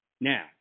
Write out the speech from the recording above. Now